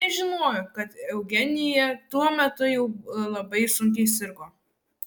nežinojo kad eugenija tuo metu jau labai sunkiai sirgo